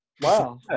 Wow